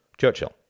Churchill